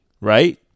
right